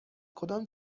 کدام